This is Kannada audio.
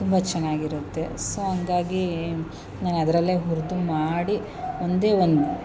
ತುಂಬ ಚೆನ್ನಾಗಿರುತ್ತೆ ಸೊ ಹಂಗಾಗಿ ನಾನು ಅದರಲ್ಲೇ ಹುರಿಸು ಮಾಡಿ ಒಂದೇ ಒಂದು